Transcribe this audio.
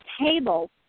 table